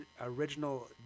original